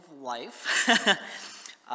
life